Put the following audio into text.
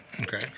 Okay